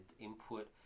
input